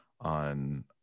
on